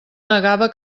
negava